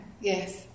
yes